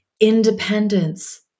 independence